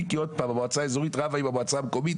המועצה האיזורית רבה עם המועצה המקומית.